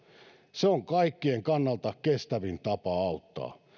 se on kaikkien kannalta kestävin tapa auttaa